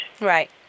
Right